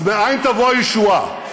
אז מאין תבוא הישועה?